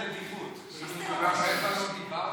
דיברנו.